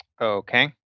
Okay